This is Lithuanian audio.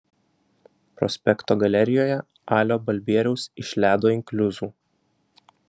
prospekto galerijoje alio balbieriaus iš ledo inkliuzų